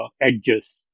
edges